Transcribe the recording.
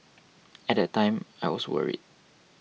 at that time I was worried